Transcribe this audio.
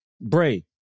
Bray